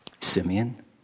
Simeon